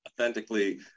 authentically